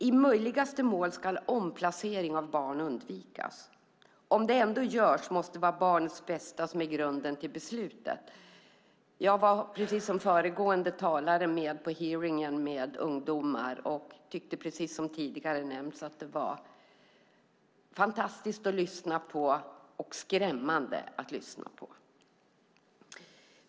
I möjligaste mån ska omplacering av barn undvikas. Om det ändå görs måste barnets bästa vara grund för beslutet. Jag var, precis som föregående talare, med på hearingen med ungdomar och tyckte att det var fantastiskt att lyssna på och skrämmande att lyssna på.